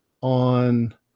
on